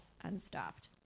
unstopped